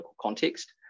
context